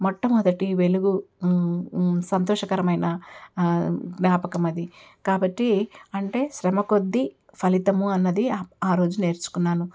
మొట్టమొదటి వెలుగు సంతోషకరమైన జ్ఞాపకం అది కాబట్టి అంటే శ్రమ కొద్ది ఫలితము అన్నది ఆరోజు నేర్చుకున్నాను